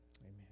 amen